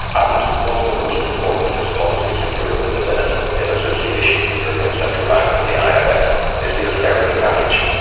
and one of the most important of its policies in europe at the minute in association with the european central bank and the um imf is the austerity package.